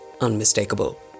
unmistakable